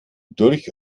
durch